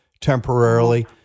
temporarily